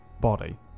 body